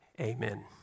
Amen